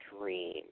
dream